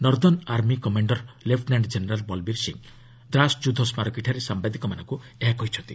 northern army commander lieutenant general Balbir Singh Dras ଯୁଦ୍ଧ ସ୍କାରକୀଠାରେ ସାମ୍ଭାଦିକମାନଙ୍କୁ ଏହା କହିଛନ୍ତି